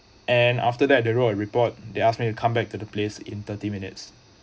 and after that they roll an report they ask me to come back to the place in thirty minutes